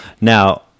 Now